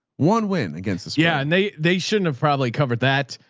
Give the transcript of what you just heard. one win against us. yeah and they they shouldn't have probably covered that.